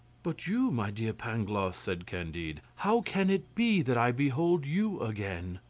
but you, my dear pangloss, said candide, how can it be that i behold you again?